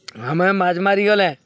ଆମେ ମାଛ୍ ମାରିଗଲେ